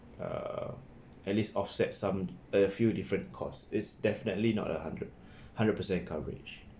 uh at least offset some a few different cost it's definitely not a hundred hundred percent coverage